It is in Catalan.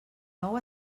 nou